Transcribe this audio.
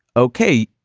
okay,